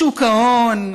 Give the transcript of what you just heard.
שוק ההון,